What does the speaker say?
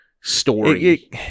story